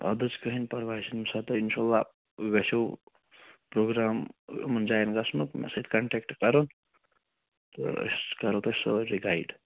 اَدٕ حظ کٔہٕنۍ پرواے چھِنہٕ ییٚمہِ ساتہٕ تۄہہِ اِنشاءاللہ یٔژھِو پرٛوگرام یِمَن جایَن گژھنُک مےٚ سۭتۍ کَنٹیکٹہٕ کَرُن تہٕ أسۍ کَرَو تۄہہِ سورُے گایِڈ